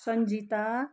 Sanjita